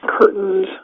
curtains